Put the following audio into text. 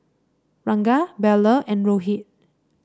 Ranga Bellur and Rohit